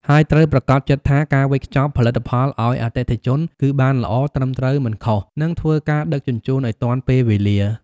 ហើយត្រូវប្រាកដចិត្តថា ការវេចខ្ចប់ផលិតផលឲ្យអតិថិជនគឺ បានល្អ ត្រឹមត្រូវ មិនខុស និងធ្វើការដឹកជញ្ជូនឲ្យទាន់ពេលវេលា។